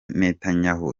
netanyahu